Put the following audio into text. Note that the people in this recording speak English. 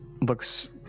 looks